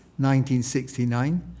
1969